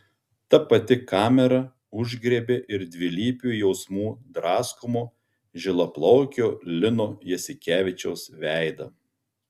ta pati kamera užgriebė ir dvilypių jausmų draskomo žilaplaukio lino jasikevičiaus veidą